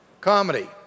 Comedy